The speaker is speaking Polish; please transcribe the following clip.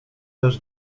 też